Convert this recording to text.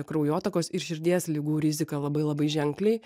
kraujotakos ir širdies ligų riziką labai labai ženkliai